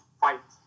fight